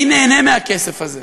מי נהנה מהכסף הזה?